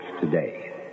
today